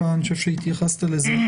שהתייחסת לזה,